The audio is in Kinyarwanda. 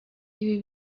ibi